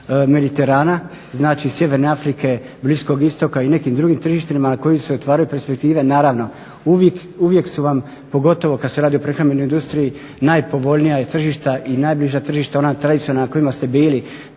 Mediterana znači Sjeverne Afrike, Bliskog Istoka i nekim drugim tržištima na kojim se otvaraju perspektive. Naravno uvijek su vam pogotovo kada se radi o prehrambenoj industriji najpovoljnija tržišta i najbliža tržišta ona tradicionalna na kojima ste bili,